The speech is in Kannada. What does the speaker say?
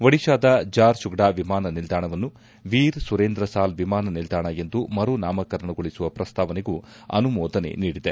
ಒಡಿತಾದ ಜಾರ್ ಸುಗ್ಡಾ ವಿಮಾನ ನಿಲ್ದಾಣವನ್ನು ವೀರ್ ಸುರೇಂದ್ರ ಸಾಲ್ ವಿಮಾನ ನಿಲ್ದಾಣ ಎಂದು ಮರುನಾಮಕರಣಗೊಳಿಸುವ ಪ್ರಸ್ತಾವನೆಗೂ ಅನುಮೋದನೆ ನೀಡಿದೆ